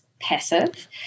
passive